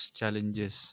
challenges